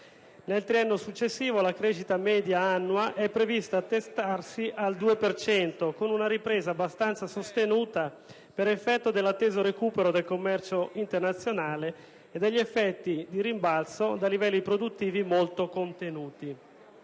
Nel triennio successivo la crescita media annua è prevista attestarsi al 2 per cento con una ripresa abbastanza sostenuta per effetto dell'atteso recupero del commercio internazionale e degli effetti di rimbalzo da livelli produttivi molto contenuti.